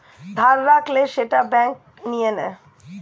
ধার রাখলে সেটা ব্যাঙ্ক নিয়ে নেয়